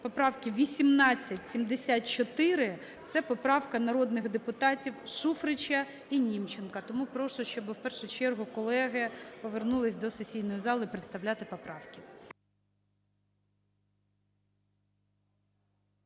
поправки 1874, це поправка народних депутатів Шуфрича і Німченка. Тому прошу, щоб в першу чергу колеги повернулись до сесійної зали представляти поправки.